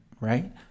right